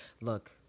Look